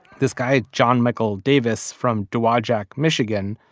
this guy john michael davis from dowaigic, michigan,